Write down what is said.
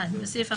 כך: (1)בסעיף 1,